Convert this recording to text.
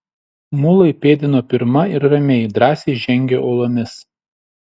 mulai pėdino pirma ir ramiai drąsiai žengė uolomis